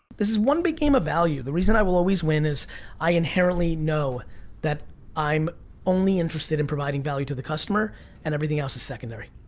this is one big game of value, the reason i will always win is i inherently know that i'm only interested in providing value to the costumer and everything else is secondary.